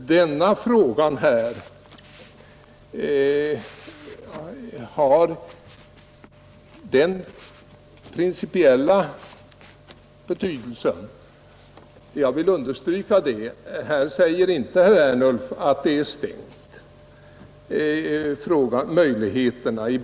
Denna fråga har en principiell betydelse — jag vill understryka det. Herr Ernulf sade inte att möjligheterna var stängda.